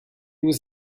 was